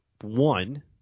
One